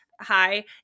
Hi